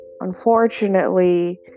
unfortunately